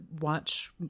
watch